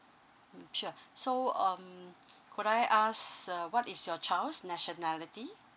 mm sure so um could I ask uh what is your child's nationality